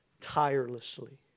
tirelessly